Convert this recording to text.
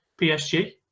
PSG